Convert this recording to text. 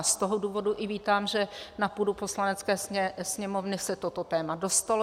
Z toho důvodu i vítám, že na půdu Poslanecké sněmovny se toto téma dostalo.